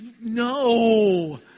no